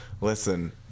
Listen